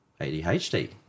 ADHD